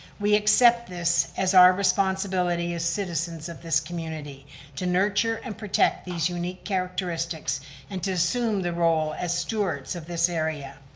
we accept this as our responsibility as citizens of this community. to nurture and protect these unique characteristics and to assume the role as stewards of this area.